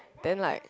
then like